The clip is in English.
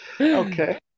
okay